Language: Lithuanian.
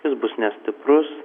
jis bus nestiprus